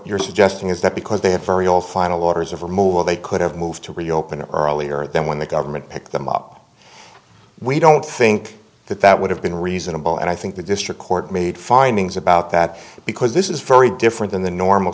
you're suggesting is that because they have very old final orders of removal they could have moved to reopen it earlier than when the government picked them up we don't think that that would have been reasonable and i think the district court made findings about that because this is very different than the normal